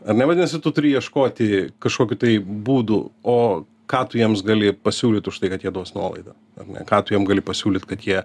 ar ne vadinasi tu turi ieškoti kažkokių tai būdų o ką tu jiems gali pasiūlyt už tai kad jie duos nuolaidą ar ne ką tu jiem gali pasiūlyt kad jie